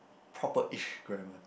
proper ish grammar